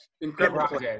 Incredible